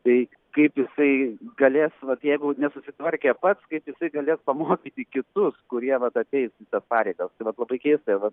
tai kaip jisai galės vat jeigu nesusitvarkė pats kaip jisai galės pamokyti kitus kurie vat ateis į tas pareigas tai vat labai keista va